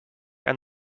and